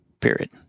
period